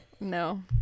No